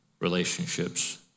relationships